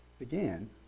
again